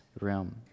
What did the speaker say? room